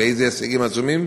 לאיזה הישגים עצומים,